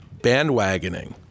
bandwagoning